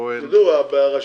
כהן -- תראו,